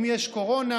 אם יש קורונה,